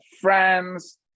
friends